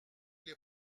les